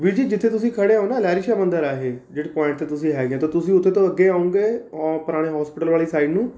ਵੀਰ ਜੀ ਜਿੱਥੇ ਤੁਸੀਂ ਖੜ੍ਹੇ ਹੋ ਨਾ ਲਹਿਰੀ ਸ਼ਾਹ ਮੰਦਿਰ ਆ ਇਹ ਜਿਹੜੇ ਪੁਆਇੰਟ 'ਤੇ ਹੈਗੇ ਤਾਂ ਤੁਸੀਂ ਉੱਥੇ ਤੋਂ ਅੱਗੇ ਆਊਂਗੇ ਓਂ ਪੁਰਾਣੇ ਹੋਸਪੀਟਲ ਵਾਲੀ ਸਾਇਡ ਨੂੰ